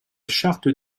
charte